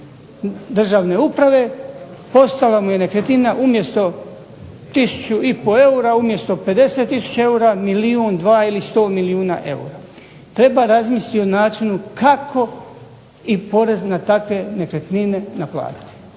državne uprave, postala mu je nekretnina umjesto 1500 eura, umjesto 50 tisuća eura, milijun, dva ili sto milijuna eura. Treba razmisliti o načinu kako porez na takve nekretnine naplatiti.